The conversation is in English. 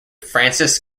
francis